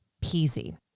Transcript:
peasy